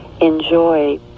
enjoy